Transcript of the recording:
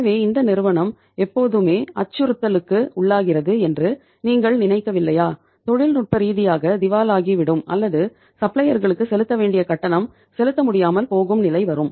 எனவே இந்த நிறுவனம் எப்போதுமே அச்சுறுத்தலுக்கு உள்ளாகிறது என்று நீங்கள் நினைக்கவில்லையா தொழில்நுட்ப ரீதியாக திவாலாகிவிடும் அல்லது சப்ளையர்களுக்கு செலுத்த வேண்டிய கட்டணம் செலுத்த முடியாமல் போகும் நிலை வரும்